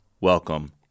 welcome